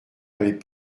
avait